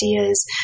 ideas